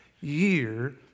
year